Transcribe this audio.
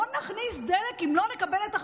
לא נכניס דלק אם לא נקבל את החטופים.